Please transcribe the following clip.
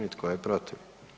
I tko je protiv?